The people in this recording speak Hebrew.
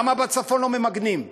למה בצפון לא ממגנים?